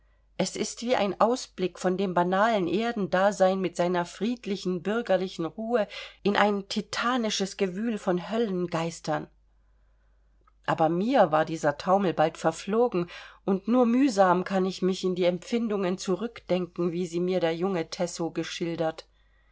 es ist wie ein ausblick von dem banalen erdendasein mit seiner friedlichen bürgerlichen ruhe in ein titanisches gewühl von höllengeistern aber mir war dieser taumel bald verflogen und nur mühsam kann ich mich in die empfindungen zurückdenken wie sie mir der junge tessow geschildert